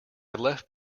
left